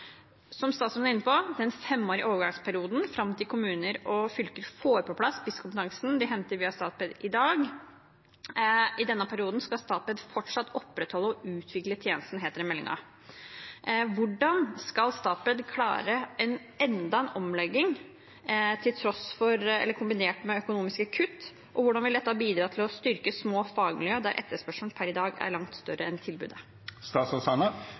Som statsråden var inne på, er det en femårig overgangsperiode fram til kommuner og fylker får på plass spisskompetansen de henter via Statped i dag. I denne perioden skal Statped fortsatt opprettholde og utvikle tjenesten, heter det i meldingen. Hvordan skal Statped klare enda en omlegging kombinert med økonomiske kutt? Hvordan vil dette bidra til å styrke små fagmiljø, der etterspørselen per i dag er langt større enn